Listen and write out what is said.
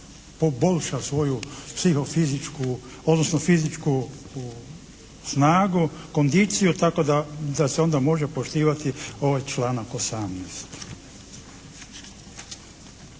poboljša svoju psiho-fizičku odnosno fizičku snagu, kondiciju tako da se onda može poštivati ovaj članak 18.